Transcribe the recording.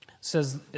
says